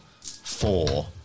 four